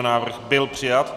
Návrh byl přijat.